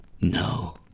No